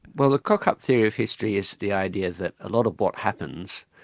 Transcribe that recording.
well the cock-up theory of history is the idea that a lot of what happens,